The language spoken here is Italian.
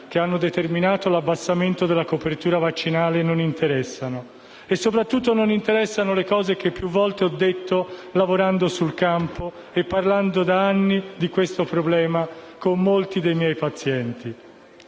che hanno determinato l'abbassamento della copertura vaccinale non interessino e soprattutto non interessino le cose che più volte ho detto, lavorando sul campo e parlando da anni di questo problema con molti dei miei pazienti.